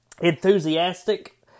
enthusiastic